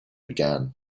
began